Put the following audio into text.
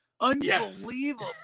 Unbelievable